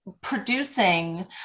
producing